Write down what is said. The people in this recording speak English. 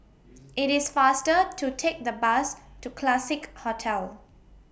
IT IS faster to Take The Bus to Classique Hotel